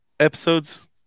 Episodes